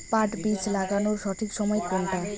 পাট বীজ লাগানোর সঠিক সময় কোনটা?